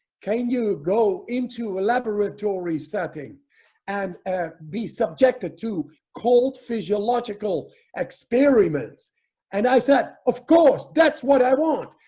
can you go into a laboratory setting and be subjected to cold physiological experiments and i said, of course, that's what i want.